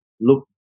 look